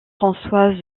françoise